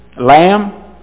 Lamb